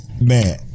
Man